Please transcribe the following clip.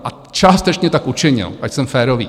A částečně tak učinil, ať jsem férový.